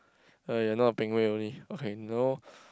!aiya! not Ping-Wei only okay no